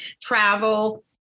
travel